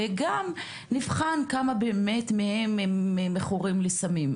וגם נבחן כמה באמת הם באמת מכורים לסמים,